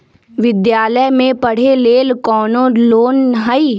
विद्यालय में पढ़े लेल कौनो लोन हई?